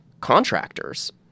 contractors